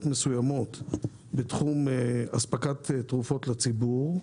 מסוימות בתחום אספקת תרופות לציבור.